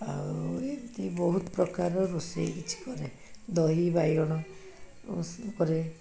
ଆଉ ଏମିତି ବହୁତ ପ୍ରକାରର ରୋଷେଇ କିଛି କରେ ଦହି ବାଇଗଣ ଉପରେ